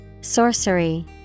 Sorcery